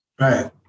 Right